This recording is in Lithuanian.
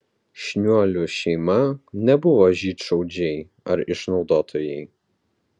šniuolių šeima nebuvo žydšaudžiai ar išnaudotojai